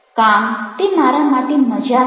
કામ તે મારા માટે મજા છે